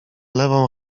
lewą